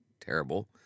terrible